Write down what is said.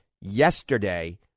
yesterday